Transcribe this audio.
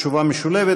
תשובה משולבת,